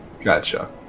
Gotcha